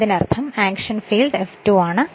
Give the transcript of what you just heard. അതിനർത്ഥം action field F2 ആണ്